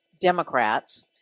Democrats